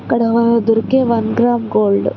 ఇక్కడ దొరికే one gram gold